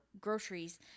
groceries